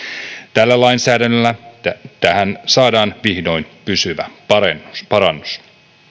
tällä lainsäädännöllä tähän saadaan vihdoin pysyvä parannus parannus